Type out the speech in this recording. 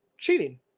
cheating